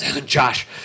Josh